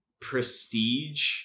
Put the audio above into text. prestige